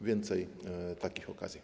Więcej takich okazji.